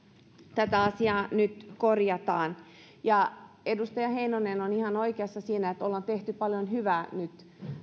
tätä asiaa nyt korjataan edustaja heinonen on ihan oikeassa siinä että ollaan tehty myös paljon hyvää nyt